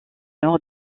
nord